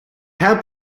herr